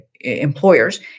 employers